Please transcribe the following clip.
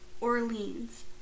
Orleans